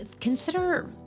consider